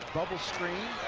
bubble screen.